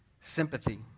sympathy